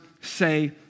say